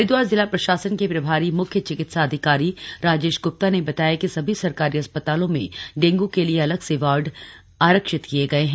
हरिद्वार जिला अस्पताल के प्रभारी म्ख्य चिकित्सा अधिकारी राजेश ग्प्ता ने बताया कि सभी सरकारी अस्पतालों में डेंगू के लिए अलग से वार्ड आरक्षित किए गए हैं